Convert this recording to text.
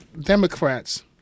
Democrats